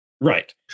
Right